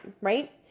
right